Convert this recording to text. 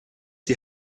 die